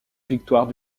victoire